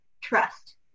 trust